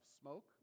smoke